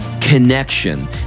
connection